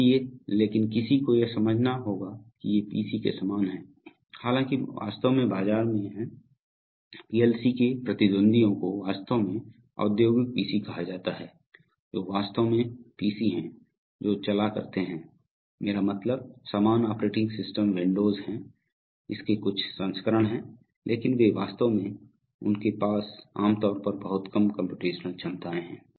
इसलिए लेकिन किसी को यह समझना होगा कि ये पीसी के समान हैं हालांकि वास्तव में बाजार में हैं पीएलसी के प्रतिद्वंद्वियों को वास्तव में औद्योगिक पीसी कहा जाता है जो वास्तव में पीसी हैं जो चला करते है मेरा मतलब समान ऑपरेटिंग सिस्टम विंडोज है इसके कुछ संस्करण हैं लेकिन वे वास्तव में उनके पास आमतौर पर बहुत कम कम्प्यूटेशनल क्षमताएं हैं